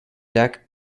deck